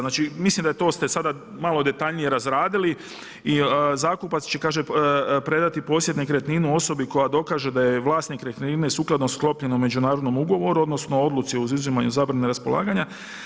Znači, mislim da to ste sada malo detaljnije razradili i zakupac će kaže, predati posjed nekretninu osobi koja dokaže da je vlasnik nekretnine sukladno sklopljenom međunarodnom ugovoru odnosno odluci o izuzimanju zabrane raspolaganja.